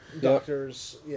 doctors